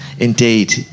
Indeed